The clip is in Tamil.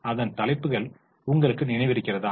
அதன் தலைப்புகள் உங்களுக்கு நினைவிருக்கிறதா